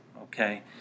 okay